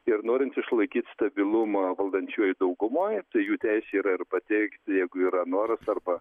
ir norint išlaikyt stabilumą valdančiojoj daugumoj tai jų teisė yra ir pateikt jeigu yra noras arba